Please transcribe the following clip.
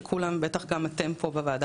שכולם חושבים אותה ובטח גם אתם פה בוועדה,